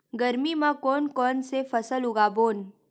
गरमी मा कोन कौन से फसल उगाबोन?